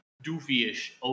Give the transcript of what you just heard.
doofy-ish